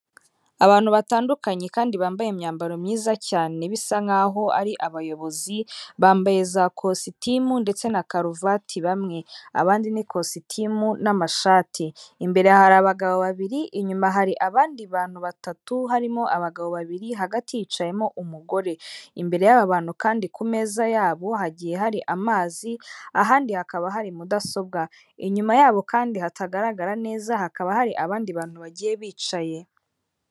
Abantu batandukanye kandi bambaye imyambaro myiza cyane bisa nkaho ari abayobozi. Bambaye za kositimu ndetse na karuvati bamwe, abandi ni kositimu n'amashati. Imbere hari abagabo babiri, inyuma hari abandi bantu batatu harimo abagabo babiri, hagati hicayemo umugore. Imbere y'aba bantu kandi ku meza yabo hagiye hari amazi, ahandi hakaba hari mudasobwa. Inyuma yabo kandi hatagaragara neza hakaba hari abandi bantu bagiye bicaye.